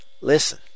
Listen